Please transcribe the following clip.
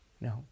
No